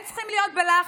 הם צריכים להיות בלחץ.